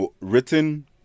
written